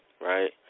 right